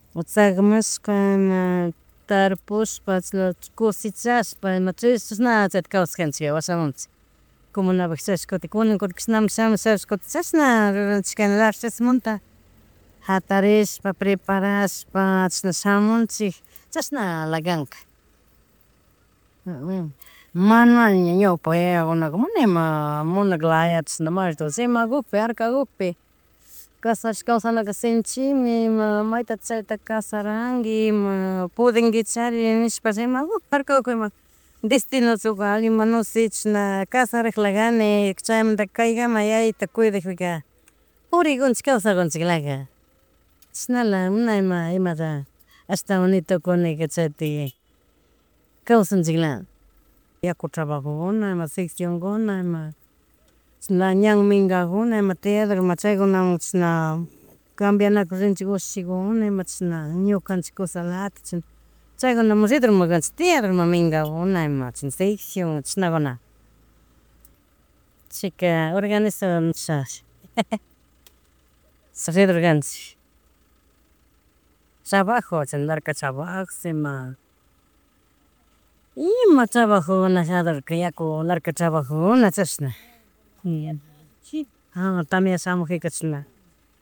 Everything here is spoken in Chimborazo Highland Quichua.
Chagmashkana tarpushpa chasna, kushichashpa ima trillasha na chaytaka kawsashkanchik washamunchi, comunanapika chask, kutin kuna kashnamun shamush shamushapis kutik chasna ruranchik las tres manta, hatarishpa preparashpa chasna shamunchik nashnala kanka mana ña ñawpa yayakunaka mana ima munaklaya chishna may rato rimakupkpi, harkakukpi kasharish kawsanaka shinchimi, ima maytatik chayta kasharanki ima pudinguichari nishpa rimakukpi, harkakuckpima ima destinocho valin ima nose chishna kasaraklakani, chaymantaka kay kama yayitu kuydakpika puririkunchik, kawsakunchiklala, chishnala mana ima, imata hastawan nitukinika chaytaik kawsanchikla. Yaku tarabajona ima seccion kuna, ima chishna ñan mingakuna imata tiarkama chaykuna chishna, kambianakuna rinchik ushushikuna ima chishna ñukanchik kusalatik, chishna chaykunamun ridurmikanchik tiadormima minga kuna ima chishna secciòn chisnakuna. Chayka organiza. Redor kannchik trabajo chay larca trabajos ima, ima trabajogunaka kadorka, yaku larca trabajuna chashna, ña chi tamia shamujika chashna